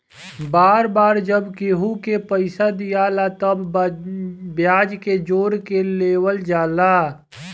बार बार जब केहू के पइसा दियाला तब ब्याज के जोड़ के लेवल जाला